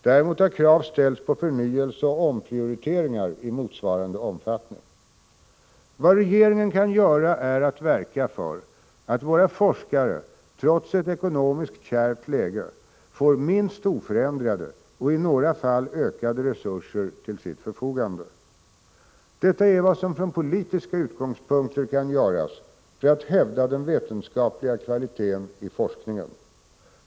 Däremot har krav ställts på förnyelse och omprioriteringar i motsvarande omfattning. Vad regeringen kan göra är att verka för att våra forskare trots ett ekonomiskt kärvt läge får minst oförändrade och i några fall ökade resurser till sitt förfogande. Detta är vad som från politiska utgångspunkter kan göras för att hävda den vetenskapliga kvaliteten i forskningen.